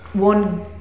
One